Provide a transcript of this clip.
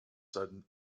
sudden